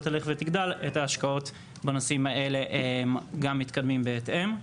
תלך ותגדל - גם את ההשקעות בנושאים האלה מתקדמות בהתאם.